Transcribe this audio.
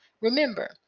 Remember